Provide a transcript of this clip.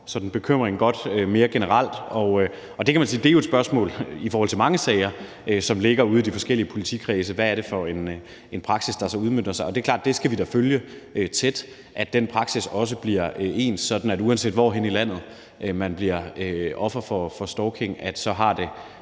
godt bekymringen mere generelt. Man kan jo sige, at det er et spørgsmål i mange sager, som ligger ude i de forskellige politikredse, hvad det er for en praksis, der udfolder sig. Det er klart, at vi der skal følge tæt, at den praksis også bliver ens, sådan at det, uanset hvorhenne i landet man bliver offer for stalking, så har den